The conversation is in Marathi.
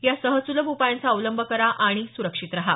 या सहज सुलभ उपायांचा अवलंब करा आणि सुरक्षित रहा